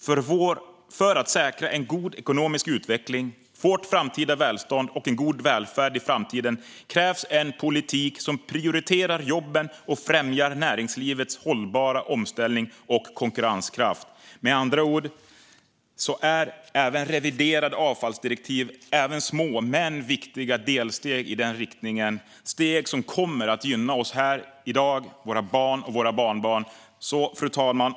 För att säkra en god ekonomisk utveckling, vårt framtida välstånd och en god välfärd i framtiden krävs en politik som prioriterar jobben och främjar näringslivets hållbara omställning och konkurrenskraft. Med andra ord är även reviderade avfallsdirektiv små men viktiga delsteg i den riktningen. Det är steg som kommer att gynna oss här i dag, våra barn och våra barnbarn. Fru talman!